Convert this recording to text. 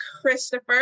christopher